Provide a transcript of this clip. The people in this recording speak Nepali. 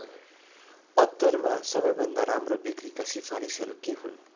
अत्तरमा सबैभन्दा राम्रो बिक्रीका सिफारिसहरू के हुन्